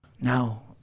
Now